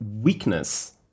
weakness